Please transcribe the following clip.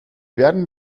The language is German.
werden